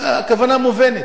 הכוונה מובנת.